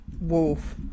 Wolf